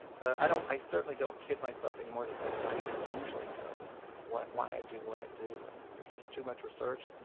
but i don't i certainly don't kid myself anymore to say that i even usually know what why i do what i do. i mean, there's just too much research, and